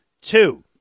Two